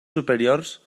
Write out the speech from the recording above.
superiors